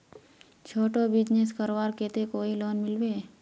छोटो बिजनेस करवार केते कोई लोन मिलबे?